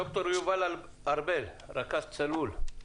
ד"ר יובל ארבל, רכז "צלול".